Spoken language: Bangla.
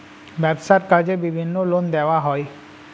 ব্যবসার কাজে বিভিন্ন লোন দেওয়া হয়